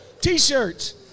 T-shirts